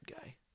guy